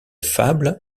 fable